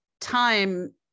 time